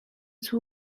two